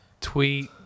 tweet